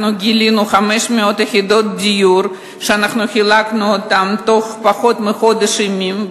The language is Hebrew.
גילינו 500 יחידות דיור שחילקנו בתוך פחות מחודש ימים.